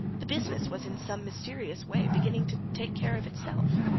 the business was in some mysterious way beginning to take care of itself.